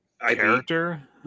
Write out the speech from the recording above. character